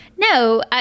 no